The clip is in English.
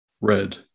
red